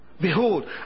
Behold